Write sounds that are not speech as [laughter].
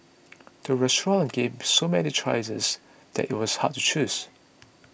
[noise] the restaurant gave so many choices that it was hard to choose